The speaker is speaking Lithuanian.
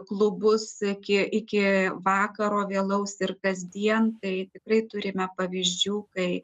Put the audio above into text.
klubus iki iki vakaro vėlaus ir kasdien tai tikrai turime pavyzdžių kai